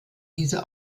diese